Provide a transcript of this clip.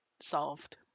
solved